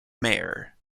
mayor